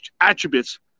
attributes